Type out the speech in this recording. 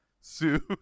sue